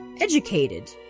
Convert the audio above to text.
educated